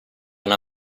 una